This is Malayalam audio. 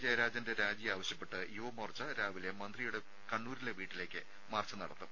ജയരാജന്റെ രാജി ആവശ്യപ്പെട്ട് യുവമോർച്ച രാവിലെ മന്ത്രിയുടെ കണ്ണൂരിലെ വീട്ടിലേക്ക് മാർച്ച് നടത്തും